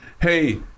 Hey